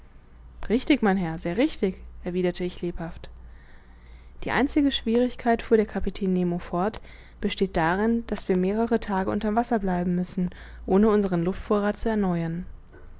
richtig mein herr sehr richtig erwiderte ich lebhaft die einzige schwierigkeit fuhr der kapitän nemo fort besteht darin daß wir mehrere tage unter'm wasser bleiben müssen ohne unseren luftvorrath zu erneuern